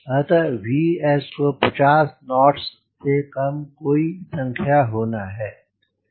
अतः Vs को 50 knots से कम कोई संख्या होना है